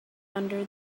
under